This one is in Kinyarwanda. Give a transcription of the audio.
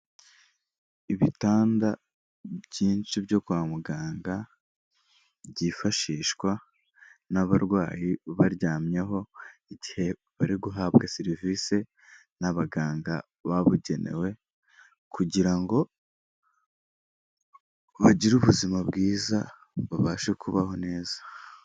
Ibitanda byinshi byo kwa muganga byifashishwa n'abarwayi baryamyeho, igihe bari guhabwa serivisi n'abaganga babugenewe, kugira ngo bagire ubuzima bwiza, babashe kubaho neza.